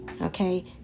okay